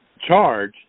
charge